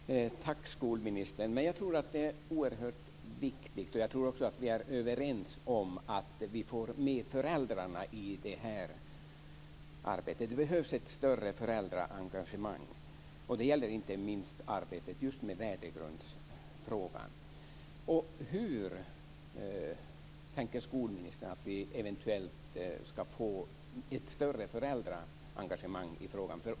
Fru talman! Tack, skolministern. Jag tror att vi är överens om att det är oerhört viktigt att få med föräldrarna i det här arbetet. Det behövs ett större föräldraengagemang. Det gäller inte minst arbetet med just värdegrundsfrågan. Hur tänker sig skolministern möjligheten att få ett större föräldraengagemang i frågan?